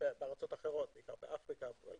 חברת